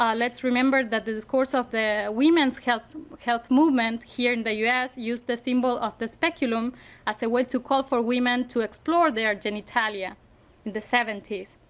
um let's remember that the discourse of the women's health health movement here in the us used the symbol of the speculum as a way to call for women to explore their genitalia in seventy s.